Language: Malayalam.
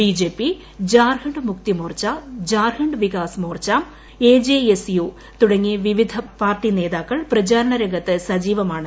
B J P Jharkhand മുക്തിമോർച്ചു Jharkhand Vikas Morcha A J S U തുടങ്ങി വിവിധ പാർട്ടി നേതാക്കൾ പ്രചാരണ രംഗത്ത് സജീവമാണ്